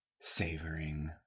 savoring